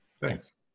thanks